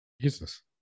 Jesus